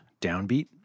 downbeat